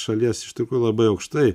šalies iš tikrųjų labai aukštai